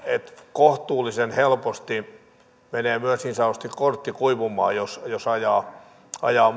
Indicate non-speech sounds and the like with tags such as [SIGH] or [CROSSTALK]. kohtuullisen helposti menee myös niin sanotusti kortti kuivumaan jos jos ajaa [UNINTELLIGIBLE]